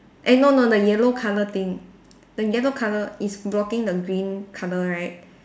eh no no the yellow colour thing the yellow colour is blocking the green colour right